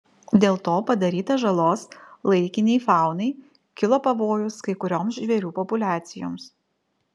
dėl to padaryta žalos laikinei faunai kilo pavojus kai kurioms žvėrių populiacijoms